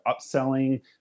upselling